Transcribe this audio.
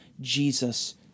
Jesus